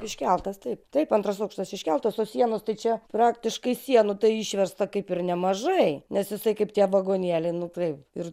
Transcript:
iškeltas taip taip antras aukštas iškeltas o sienos tai čia praktiškai sienų tai išversta kaip ir nemažai nes jisai kaip tie vagonėliai nu tai ir